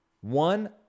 one